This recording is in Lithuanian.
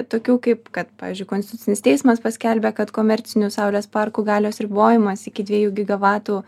tokių kaip kad pavyzdžiui konstitucinis teismas paskelbė kad komercinių saulės parkų galios ribojimas iki dviejų gigavatų